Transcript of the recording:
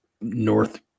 North